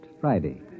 Friday